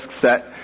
set